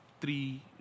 three